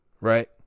right